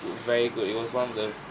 v~ very good it was one of the